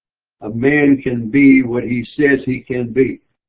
a man can be what he says he can be.